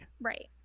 Right